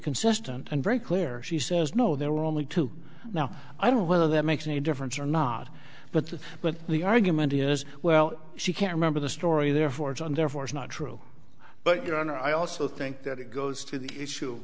consistent and very clear she says no there were only two now i don't know whether that makes any difference or not but but the argument is well she can't remember the story therefore it's on therefore it's not true but your honor i also think that it goes to the issue of